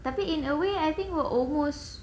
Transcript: tapi in a way I think we're almost